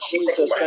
Jesus